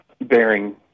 bearing